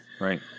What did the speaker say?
Right